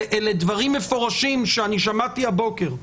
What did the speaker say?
אלה דברים מפורשים ששמעתי הבוקר.